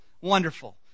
Wonderful